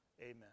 amen